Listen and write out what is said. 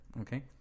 Okay